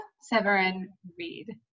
Severin-Reed